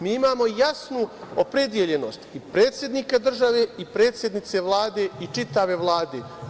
Mi imamo jasnu opredeljenost i predsednika države i predsednice Vlade i čitave Vlade.